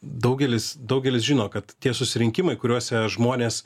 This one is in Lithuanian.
daugelis daugelis žino kad tie susirinkimai kuriuose žmonės